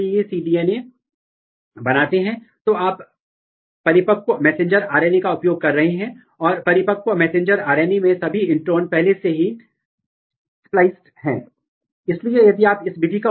इसलिए यह समझना बहुत महत्वपूर्ण है कि उनके बाध्यकारी डोमेन क्या हैं डीएनए तत्व क्या हैं जहां वे बांधते हैं और वे कैसे नियंत्रित करते हैं उनके प्रत्यक्ष लक्ष्य क्या हैं उनके अप्रत्यक्ष लक्ष्य क्या हैं